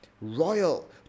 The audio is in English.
royal